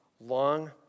long